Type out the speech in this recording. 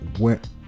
went